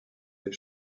des